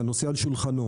כשהנושא על שולחנו,